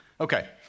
Okay